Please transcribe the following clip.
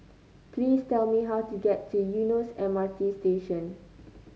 please tell me how to get to Eunos M R T Station